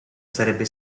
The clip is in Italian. sarebbe